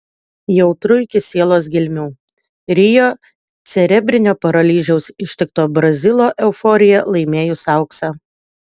jautru iki sielos gelmių rio cerebrinio paralyžiaus ištikto brazilo euforija laimėjus auksą